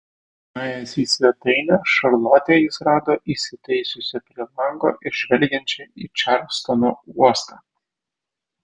nuėjęs į svetainę šarlotę jis rado įsitaisiusią prie lango ir žvelgiančią į čarlstono uostą